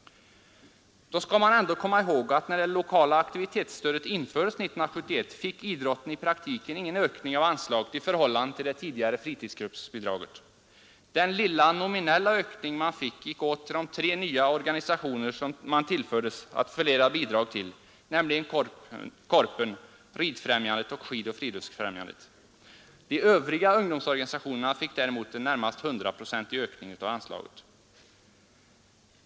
Då skall man ändå komma ihåg att när det lokala aktivitetsstödet infördes 1971 fick idrotten i praktiken ingen ökning av anslaget i förhållande till det tidigare fritidsgruppsbidraget. Den lilla nominella ökning man fick gick åt till de tre nya organisationer man tillfördes att fördela bidragen till, nämligen ”Korpen”, Ridfrämjandet och Skidoch friluftsfrämjandet. De övriga ungdomsorganisationerna fick däremot en närmast hundraprocentig ökning av anslaget.